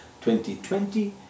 2020